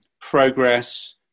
progress